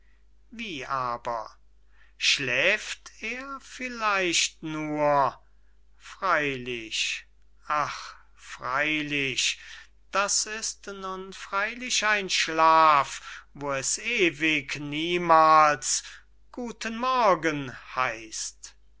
wie aber schläft er vielleicht nur freylich ach freylich das ist nun freylich ein schlaf wo es ewig niemals guten morgen heißt